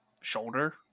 shoulder